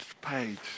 page